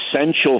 essential